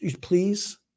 please